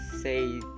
say